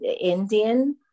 Indian